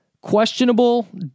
Questionable